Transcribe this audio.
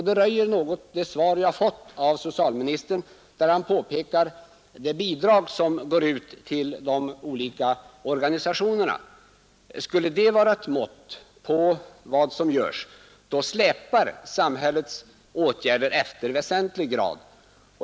Det svar jag har fått av socialministern, där han pekar på det bidrag som går ut till de olika organisationerna, röjer också något av detta. Skulle det bidraget vara ett mått på vad som görs, då släpar samhällets åtgärder efter i väsentlig grad.